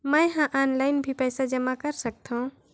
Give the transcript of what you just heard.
मैं ह ऑनलाइन भी पइसा जमा कर सकथौं?